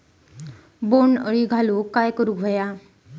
बोंड अळी घालवूक काय करू व्हया?